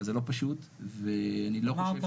אבל זה לא פשוט ואני לא חושב שצריך.